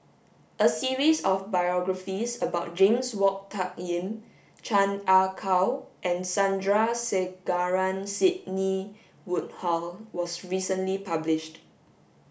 a series of biographies about James Wong Tuck Yim Chan Ah Kow and Sandrasegaran Sidney Woodhull was recently published